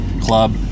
club